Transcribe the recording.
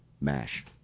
mash